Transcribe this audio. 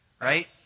right